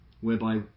Whereby